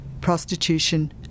prostitution